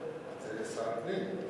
שר הפנים.